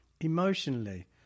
Emotionally